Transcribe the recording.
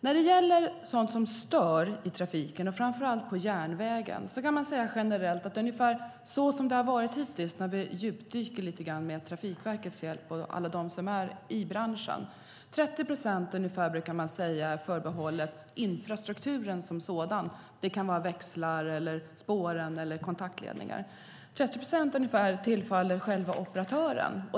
När det gäller sådant som stör i trafiken, framför allt på järnväg, har vi gjort lite djupdykningar med Trafikverkets och branschens hjälp. Ungefär 30 procent är förbehållet infrastrukturen som sådan. Det kan vara växlar, spår eller kontaktledningar. Ungefär 30 procent handlar om operatören.